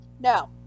No